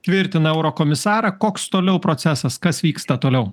tvirtina eurokomisarą koks toliau procesas kas vyksta toliau